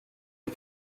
des